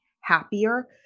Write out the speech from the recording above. happier